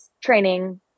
training